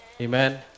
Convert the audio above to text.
Amen